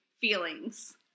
feelings